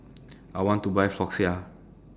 I want to Buy Floxia